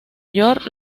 york